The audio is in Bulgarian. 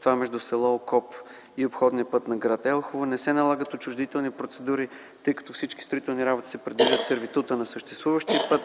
това между с. Окоп и обходният път на гр. Елхово. Не се налагат отчуждителни процедури, тъй като всички строителни работи се предвиждат в сервитута на съществуващия път.